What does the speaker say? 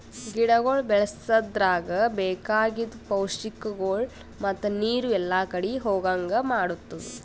ಗಿಡಗೊಳ್ ಬೆಳಸದ್ರಾಗ್ ಬೇಕಾಗಿದ್ ಪೌಷ್ಟಿಕಗೊಳ್ ಮತ್ತ ನೀರು ಎಲ್ಲಾ ಕಡಿ ಹೋಗಂಗ್ ಮಾಡತ್ತುದ್